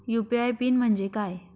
UPI PIN म्हणजे काय?